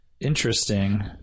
Interesting